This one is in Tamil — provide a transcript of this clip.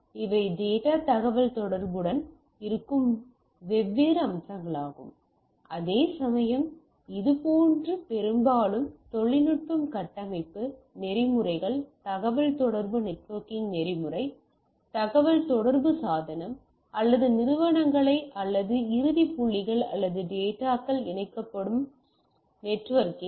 இவை டேட்டாத் தகவல்தொடர்புடன் இருக்கும் வெவ்வேறு அம்சங்களாகும் அதேசமயம் இது பெரும்பாலும் தொழில்நுட்பம் கட்டமைப்பு நெறிமுறைகள் தகவல்தொடர்பு நெட்வொர்க்கின் நெறிமுறை தகவல்தொடர்பு சாதனம் அல்லது நிறுவனங்களை அல்லது இறுதி புள்ளிகள் அல்லது ப்ரோட்டோக்காள் புள்ளிகளை இணைக்கப் பயன்படும் நெட்வொர்க்கிங்